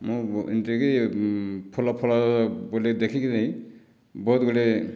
ମୁଁ ଏମିତି କି ଫୁଲ ଫଳ ବୁଲିକି ଦେଖିକିରି ବହୁତ ଗୁଡ଼ିଏ